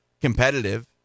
competitive